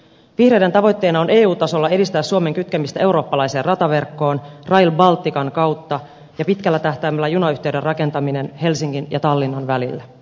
vihreiden tavoitteena on eu tasolla edistää suomen kytkemistä eurooppalaiseen rataverkkoon rail baltican kautta ja pitkällä tähtäimellä junayhteyden rakentaminen helsingin ja tallinnan välillä